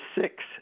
six